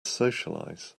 socialize